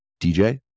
DJ